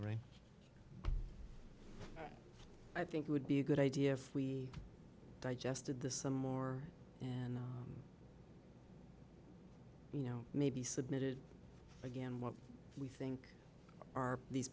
write i think would be a good idea if we digested this some more and you know maybe submitted again what we think are these